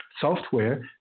software